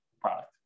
product